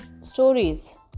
stories